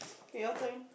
kay your turn